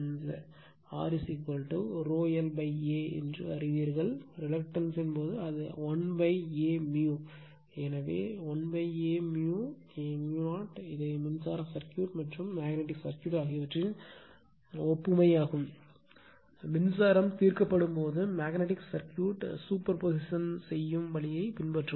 R rho l A ஐ அறிவீர்கள் reluctance ன் போது அது l A எனவே l A 0 இதை மின்சர்க்யூட் மற்றும் மேக்னட்டிக் சர்க்யூட் ஆகியவற்றின் ஒப்புமை ஆகும் மின்சாரம் தீர்க்கப்படும் போது மேக்னட்டிக் சர்க்யூட் சூப்பர் பொசிஷன் செய்யும் வழியை பின்பற்றுவோம்